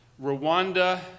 Rwanda